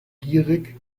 gierig